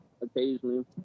occasionally